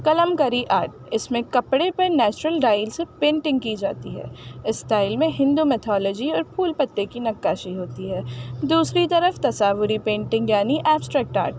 قلم کری آرٹ اس میں کپڑے پہ نیچرل ڈائل سے پینٹنگ کی جاتی ہے اسٹائل میں ہندو میتھالوجی اور پھول پتے کی نقاشی ہوتی ہے دوسری طرف تصوری پینٹنگ یعنی ایبسٹریکٹ آرٹ